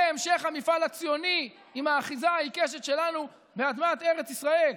זה המשך המפעל הציוני עם האחיזה העיקשת שלנו באדמת ארץ ישראל,